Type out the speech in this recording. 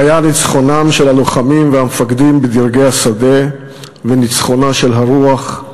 זה היה ניצחונם של הלוחמים והמפקדים בדרגי השדה וניצחונה של הרוח,